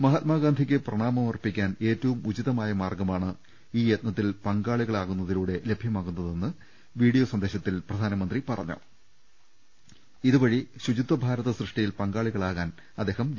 മഹാത്മാഗാന്ധിക്ക് പ്രണാമമർപ്പി ക്കാൻ ഏറ്റവും ഉചിതമായ മാർഗ്ഗമാണ് ഈ യത്നത്തിൽ പങ്കാളികളാകു ന്നതിലൂടെ ലഭ്യമാകുന്നതെന്ന് വീഡിയോ സന്ദേശത്തിൽ പ്രധാനമന്ത്രി പറ ഇതുവഴി ശുചിത്വഭാരത സൃഷ്ടിയിൽ പങ്കാളികളാവാൻ അദ്ദേഹം ഞ്ഞു